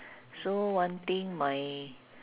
so one thing my